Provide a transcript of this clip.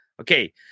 Okay